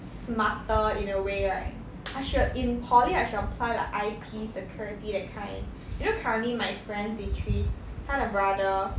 smarter in a way right I should in poly I should apply like I_T security that kind you know currently my friend beatrice 她的 brother